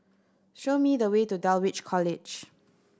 show me the way to Dulwich College